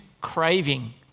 craving